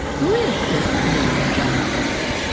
who is this new? john roberts.